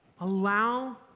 Allow